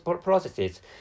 processes